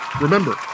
Remember